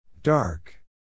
Dark